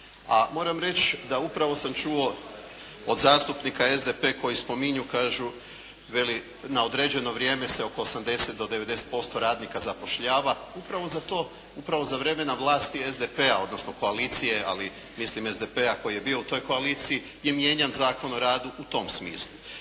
moram reć', da upravo sam čuo od zastupnika SDP koji spominju, kažu, veli, na određeno vrijeme se oko 80% do 90% radnika zapošljava upravo za to, upravo za vremena vlasti SDP-a odnosno koalicije, ali mislim SDP-a koji je bio u toj koaliciji je mijenjan Zakon o radu u tom smislu.